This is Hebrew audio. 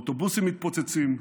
אוטובוסים מתפוצצים,